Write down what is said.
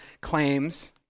claims